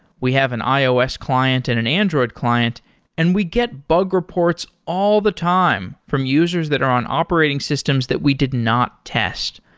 we have an ios client and an android client and we get bug reports all the time from users that are on operating systems that we did not test.